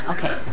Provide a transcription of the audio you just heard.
Okay